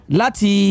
lati